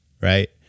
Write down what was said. right